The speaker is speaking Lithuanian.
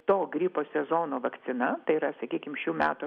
to gripo sezono vakcina tai yra sakykim šių metų